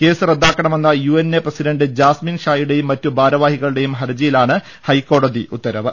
case റദ്ദാക്കണമെന്ന UNA president Jasmin ഷായുടെയും മറ്റു ഭാരവാഹികളുടെയും ഹർജിയിലാണ് ഹൈക്കോടതി ഉത്തരവ്